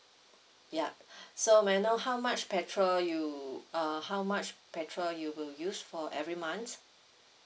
ya so may I know how much petrol you err how much petrol you will use for every month